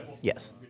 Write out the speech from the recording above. Yes